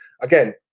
Again